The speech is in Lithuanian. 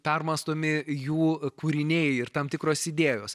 permąstomi jų kūriniai ir tam tikros idėjos